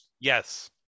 Yes